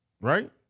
right